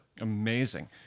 Amazing